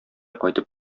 кайтып